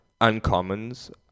uncommons